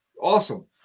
awesome